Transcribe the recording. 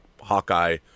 Hawkeye